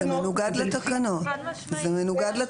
זה מנוגד לתקנות, חד משמעית.